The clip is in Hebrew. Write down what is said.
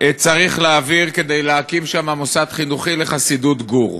צריך להעביר כדי להקים שם מוסד חינוכי לחסידות גור.